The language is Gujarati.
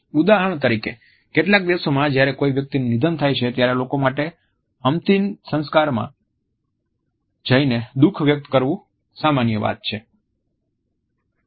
ઉદાહરણ તરીકે કેટલાક દેશોમાં જ્યારે કોઈ વ્યક્તિનું નિધન થાય છે ત્યારે લોકો માટે અંતિમ સંસ્કારમાં જઈને દુઃખ વ્યક્ત કરવું સામાન્ય વાત છે